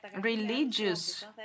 Religious